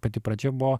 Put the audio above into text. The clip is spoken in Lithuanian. pati pradžia buvo